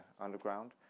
underground